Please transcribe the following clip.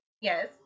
Yes